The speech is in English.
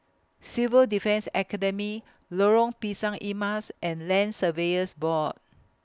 Civil Defence Academy Lorong Pisang Emas and Land Surveyors Board